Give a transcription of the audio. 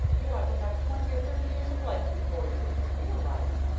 you ought to have twenty or thirty years of life before you, real life.